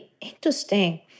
Interesting